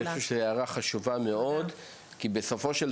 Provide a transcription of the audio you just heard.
אני חושב שזאת הערה חשובה מאוד כי בסופו של